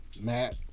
Matt